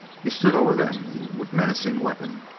he stood over them with menacing weapon.